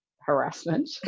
harassment